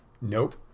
Nope